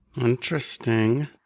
Interesting